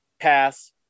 Pass